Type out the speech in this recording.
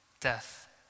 Death